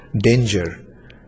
danger